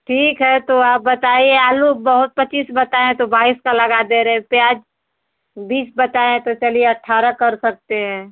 ठीक है तो आप बताइए आलू बहुत पचीस बताए हैं तो बाईस का लगा दे रहे प्याज बीस बताए हैं तो चलिए अट्ठारह कर सकते हैं